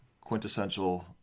quintessential –